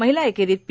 महिला एकेरीत पी